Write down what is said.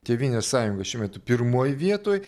tėvynės sąjunga šiuo metu pirmoj vietoj